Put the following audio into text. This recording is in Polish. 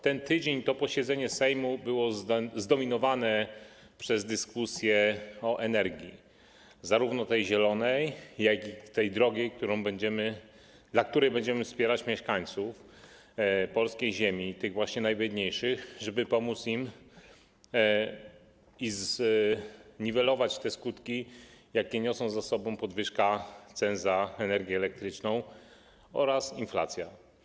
Ten tydzień i to posiedzenie Sejmu były zdominowane przez dyskusję o energii, zarówno tej zielonej, jak i tej drogiej, w przypadku której będziemy wspierać mieszkańców polskiej ziemi, tych najbiedniejszych, żeby pomóc im zniwelować te skutki, jakie niosą za sobą podwyżki cen za energię elektryczną oraz inflacja.